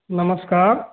नमस्कार